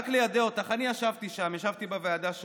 רק ליידע אותך, אני ישבתי שם, ישבתי בוועדה שעות.